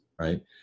right